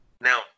Now